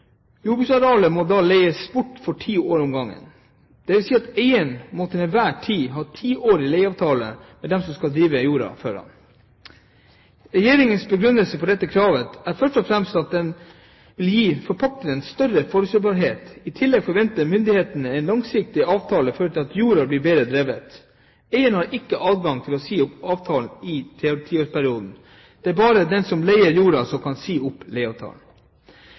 Jordbruksarealet må da leies bort for ti år av gangen. Det vil si at eierne til enhver tid må ha tiårige leieavtaler med dem som skal drive jorda for ham. Regjeringens begrunnelse for dette kravet er først og fremst at det vil gi forpakteren større forutsigbarhet. I tillegg forventer myndighetene at langsiktige avtaler fører til at jorda blir bedre drevet. Eierne har ikke adgang til å si opp avtalen i tiårsperioden. Det er bare den som leier jorda som kan si opp leieavtalen.